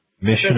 Mission